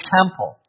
temple